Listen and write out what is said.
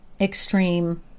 Extreme